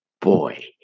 boy